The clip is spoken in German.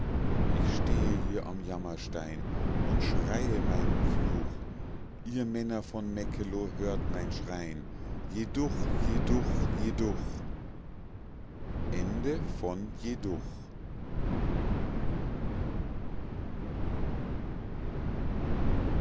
ich stehe hier am jammerstein und schreie meinen fluch ihr männer von meckeloh hört mein schrein jeduch jeduch jeduch